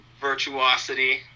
virtuosity